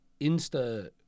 Insta